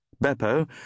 Beppo